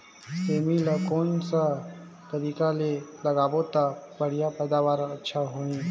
सेमी ला कोन सा तरीका ले लगाबो ता बढ़िया पैदावार अच्छा होही?